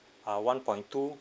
uh one point two